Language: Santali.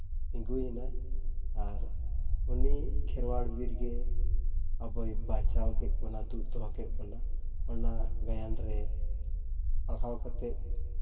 ᱛᱤᱸᱜᱩᱭᱮᱱᱟᱭ ᱟᱨ ᱩᱱᱤ ᱠᱷᱮᱨᱣᱟᱞ ᱵᱤᱨ ᱜᱮ ᱟᱵᱚᱭ ᱵᱟᱧᱪᱟᱣ ᱠᱮᱫ ᱵᱚᱱᱟ ᱫᱩᱜ ᱫᱚᱦᱚ ᱠᱮᱫ ᱵᱚᱱᱟ ᱚᱱᱟ ᱜᱟᱭᱟᱱ ᱨᱮ ᱯᱟᱲᱦᱟᱣ ᱠᱟᱛᱮᱫ